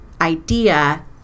idea